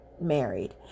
married